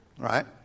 Right